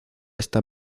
esta